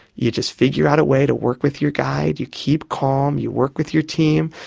you just figure out a way to work with your guide, you keep calm, you work with your team,